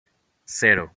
cero